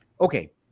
Okay